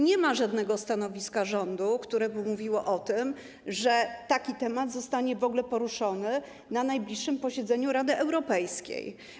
Nie ma żadnego stanowiska rządu, które by mówiło o tym, że taki temat zostanie w ogóle poruszony na najbliższym posiedzeniu Rady Europejskiej.